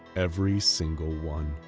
every single one.